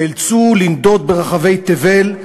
נאלצו לנדוד ברחבי תבל,